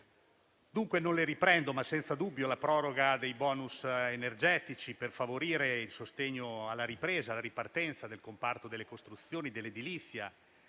Dunque non le riprendo, ma senza dubbio la proroga dei *bonus* energetici per favorire il sostegno alla ripresa e alla ripartenza del comparto delle costruzioni e dell'edilizia